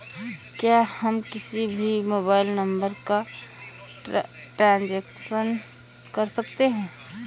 क्या हम किसी भी मोबाइल नंबर का ट्रांजेक्शन कर सकते हैं?